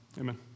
Amen